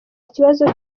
ikibazo